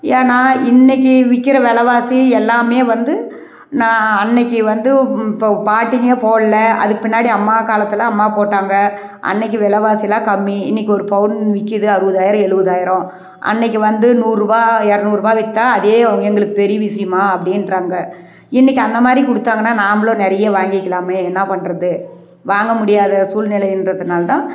ஏனால் இன்றைக்கி விற்கிற வெலைவாசி எல்லாமே வந்து நான் அன்றைக்கி வந்து இப்போ பாட்டிங்கள் போடல அதுக்கு பின்னாடி அம்மா காலத்தில் அம்மா போட்டாங்க அன்றைக்கி வெலைவாசிலாம் கம்மி இன்றைக்கி ஒரு பவுன் விற்கிது அறுபதாயிரம் எழுவதாயிரம் அன்றைக்கி வந்து நூறுரூபா இரநூறுபா விற்றா அதே எங்களுக்கு பெரிய விஷயமா அப்படின்ட்றாங்க இன்றைக்கி அந்தமாதிரி கொடுத்தாங்கனா நாம்பளும் நிறைய வாங்கிக்கலாமே என்ன பண்ணுறது வாங்க முடியாத சூழ்நிலைன்றதுனாலதான்